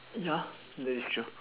ya that is true